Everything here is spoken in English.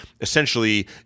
essentially